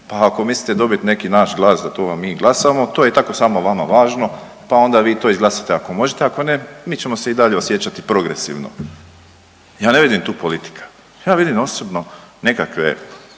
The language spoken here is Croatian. Pa ako mislite dobit neki naš glas da to … glasamo to je i tako samo vama važno pa onda vi to izglasajte ako možete, ako ne mi ćemo se i dalje osjećati progresivno. Ja ne vidim tu politika, ja vidim osobno nekakve